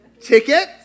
Ticket